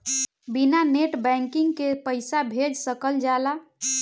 बिना net banking के पईसा भेज सकल जाला?